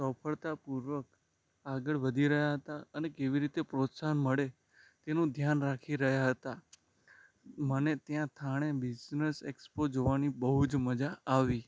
સફળતાપૂર્વક આગળ વધી રહ્યા હતા અને કેવી રીતે પ્રોત્સાહન મળે તેનું ધ્યાન રાખી રહ્યા હતા મને ત્યાં થાણે બિઝનેસ એક્સપો જોવાની બહુ જ મજા આવી